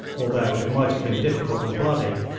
although it might have been difficult and bloody,